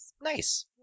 Nice